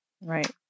right